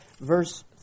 verse